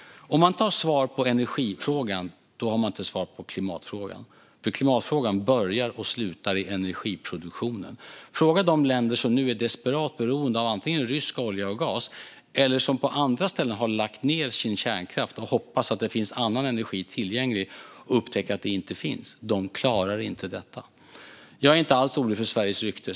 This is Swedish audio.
Om man inte har svar på hur man ska lösa energifrågan har man inte svar på hur man ska lösa klimatfrågan. Klimatfrågan börjar och slutar i energiproduktionen. Fråga de länder som nu är desperat beroende av antingen rysk olja och gas eller som har lagt ned sin kärnkraft och hoppas att det finns annan energi tillgänglig men upptäcker att det inte finns. De klarar inte detta. Jag är inte alls orolig för Sveriges rykte.